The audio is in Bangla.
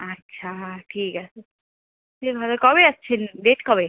আচ্ছা ঠিক আছে তুমি ভালো কবে যাচ্ছেন ডেট কবে